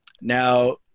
now